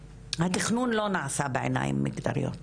התכנון לא נעשה בעיניים מגדריות.